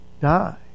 die